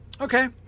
Okay